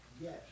Yes